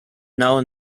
now